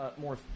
more